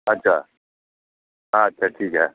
अच्छा अच्छा ठीक है